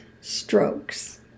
strokes